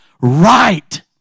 right